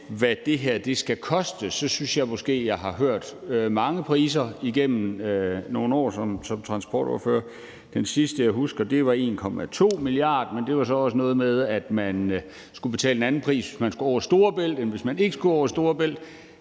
hvad det her skal koste, synes jeg måske jeg har hørt mange priser igennem nogle år som transportordfører. Den sidste, jeg husker, var 1,2 mia. kr., men det var så også noget med, at man skulle betale en anden pris, hvis man skulle over Storebælt, end hvis man ikke skulle over Storebælt.